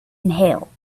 inhale